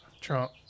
Trump